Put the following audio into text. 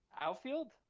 Outfield